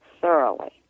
thoroughly